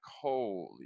holy